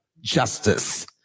justice